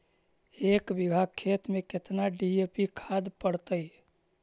एक बिघा खेत में केतना डी.ए.पी खाद पड़तै?